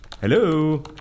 Hello